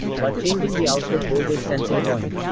but changing the output voltage sensing point.